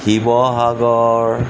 Sivasagar